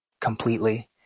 completely